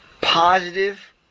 positive